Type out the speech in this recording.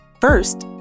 First